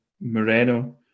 Moreno